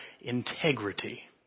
integrity